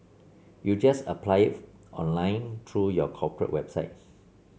you just apply it online through your corporate website